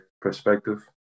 perspective